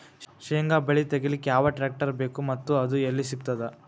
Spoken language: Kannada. ಶೇಂಗಾ ಬೆಳೆ ತೆಗಿಲಿಕ್ ಯಾವ ಟ್ಟ್ರ್ಯಾಕ್ಟರ್ ಬೇಕು ಮತ್ತ ಅದು ಎಲ್ಲಿ ಸಿಗತದ?